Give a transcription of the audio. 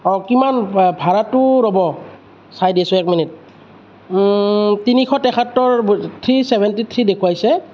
অঁ কিমান ভাড়াটো ৰ'ব চাই দিছো এক মিনিট তিনিশ তেসত্তৰ থ্ৰী চেভেনটি থ্ৰী দেখুৱাইছে